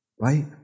right